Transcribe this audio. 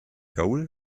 gaul